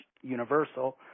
Universal